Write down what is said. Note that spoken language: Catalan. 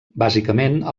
bàsicament